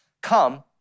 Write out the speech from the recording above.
Come